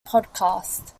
podcast